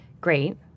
great